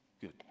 Good